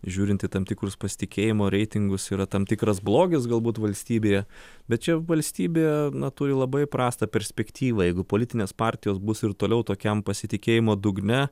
žiūrint į tam tikrus pasitikėjimo reitingus yra tam tikras blogis galbūt valstybėje bet čia valstybė na turi labai prastą perspektyvą jeigu politinės partijos bus ir toliau tokiam pasitikėjimo dugne